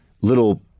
little